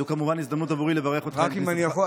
זו כמובן הזדמנות עבורי --- רק אם אני יכול,